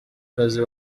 kazi